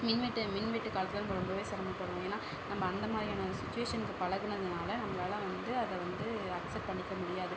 மின்வெட்டு மின்வெட்டு காலத்தில் நம்ம ரொம்ப சிரமப்படுவோம் ஏன்னா நம்ம அந்த மாதிரியான ஒரு சுச்சுவேஷனுக்கு பழகுனதுனால நம்மளால் வந்து அதை வந்து அக்ஸப்ட் பண்ணிக்க முடியாது